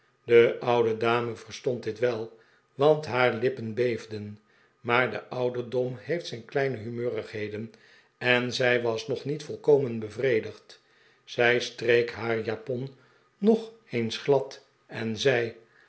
de oude dame verstond dit wel want haar lippen beefden maar de ouderdom heeft zijn kleine humeurigheden en zij was nog niet volkomen bevredigd zij streek haar japon nog eens glad en zei